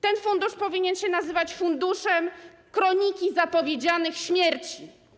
Ten fundusz powinien się nazywać funduszem kroniki zapowiedzianych śmierci.